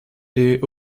est